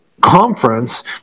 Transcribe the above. Conference